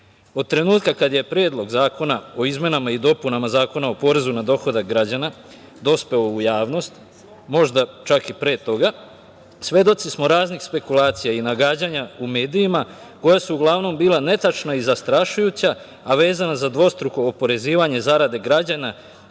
trenutka kada je Predlog zakona o izmenama i dopunama Zakona o porezu na dohodak građana dospeo u javnost, možda čak i pre toga, svedoci smo raznih spekulacija i nagađanja u medijima, koja su uglavnom bila netačna i zastrašujuća, a vezana za dvostruko oporezivanje zarade građana